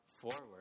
forward